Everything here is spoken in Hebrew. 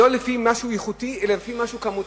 משהו איכותי אלא לפי משהו כמותי?